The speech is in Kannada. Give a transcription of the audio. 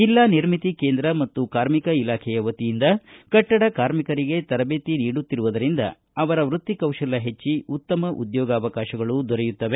ಜೆಲ್ಲಾ ನಿರ್ಮಿತಿ ಕೇಂದ್ರ ಮತ್ತು ಕಾರ್ಮಿಕ ಇಲಾಖೆಯ ವತಿಯಿಂದ ಕಟ್ಟಡ ಕಾರ್ಮಿಕರಿಗೆ ತರಬೇತಿ ನೀಡುತ್ತಿರುವುದರಿಂದ ಅವರ ವೃತ್ತಿ ಕೌಶಲ್ಯಗಳು ಹೆಚ್ಚಿ ಉತ್ತಮ ಉದ್ಯೋಗವಕಾಶಗಳು ದೊರೆಯುತ್ತವೆ